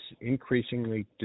increasingly